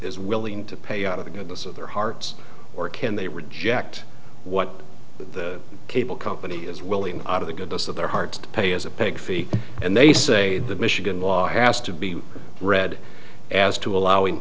is willing to pay out of the goodness of their hearts or can they reject what the cable company is willing out of the goodness of their hearts to pay as a pig fee and they say the michigan law has to be read as to allowing